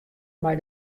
mei